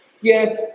yes